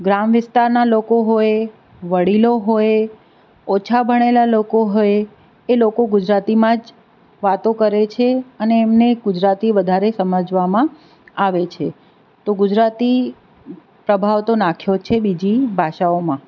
ગ્રામ વિસ્તારના લોકો હોય વડીલો હોય ઓછા ભણેલા લોકો હોય એ લોકો ગુજરાતીમાં જ વાતો કરે છે અને એમને ગુજરાતી વધારે સમજવામાં આવે છે તો ગુજરાતી પ્રભાવ તો નાખ્યો છે બીજી ભાષાઓમાં